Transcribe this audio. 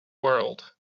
world